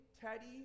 Teddy